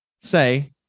Say